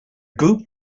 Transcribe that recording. group